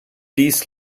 dies